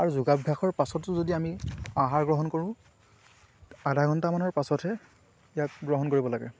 আৰু যোগভ্যাসৰ পাছতো যদি আমি আহাৰ গ্ৰহণ কৰোঁ আধা ঘণ্টামানৰ পাছতহে ইয়াক গ্ৰহণ কৰিব লাগে